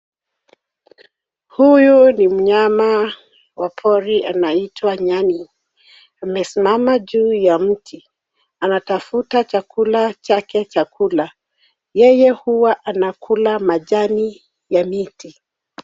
Huyu ni mnyama wa pori anaitwa nyani, amesimama juu ya mti. Anatafuta chakula chake chakula. Yeye huwa anakula majani ya miti.